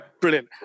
brilliant